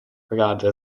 regarded